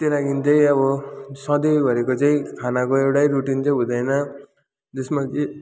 त्यही लागि चाहिँ अब सधैँभरिको चाहिँ खानाको एउटै रुटिन चाहिँ हुँदैन त्यसमा चाहिँ